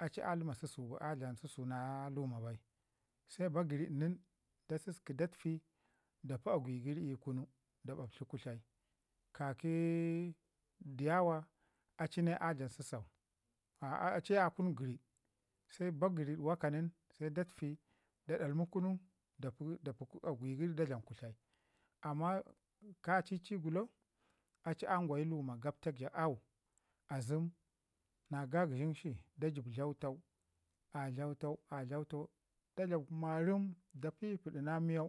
ləma susu bai ləma susu na luma bai nin da saski da tufi da pii agwai gəri da ɓaɓtii gutlai ka ki diyawa a ci ne a dlam susau a aciye akun gərid, se ba gərid woka nin du tufi da dalmi kunu da da pii agwi gəri dan dlan kutlai. Amman ka cicigolo a ci angwayi ja luma gabta ja auu azim na gagəshin shi da jəb tlautau a tlautau a tlautau da dlam marəm da pipi di na miyau